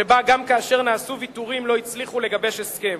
שבה גם כאשר נעשו ויתורים לא הצליחו לגבש הסכם.